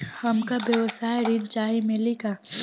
हमका व्यवसाय ऋण चाही मिली का?